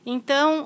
Então